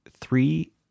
three